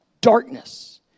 Darkness